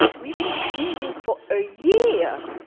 we've been planning this for a year,